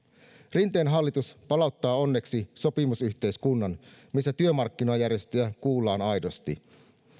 rinteen hallitus palauttaa onneksi sopimusyhteiskunnan missä työmarkkinajärjestöjä kuullaan aidosti